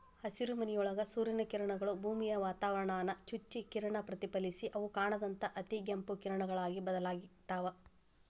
ಹಸಿರುಮನಿಯೊಳಗ ಸೂರ್ಯನ ಕಿರಣಗಳು, ಭೂಮಿಯ ವಾತಾವರಣಾನ ಚುಚ್ಚಿ ಕಿರಣ ಪ್ರತಿಫಲಿಸಿ ಅವು ಕಾಣದಂತ ಅತಿಗೆಂಪು ಕಿರಣಗಳಾಗಿ ಬದಲಾಗ್ತಾವ